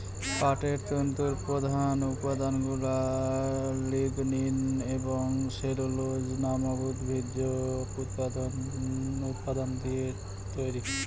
পাটের তন্তুর প্রধান উপাদানগুলা লিগনিন এবং সেলুলোজ নামক উদ্ভিজ্জ উপাদান দিয়ে তৈরি